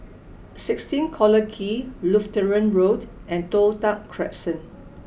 sixteen Collyer Quay Lutheran Road and Toh Tuck Crescent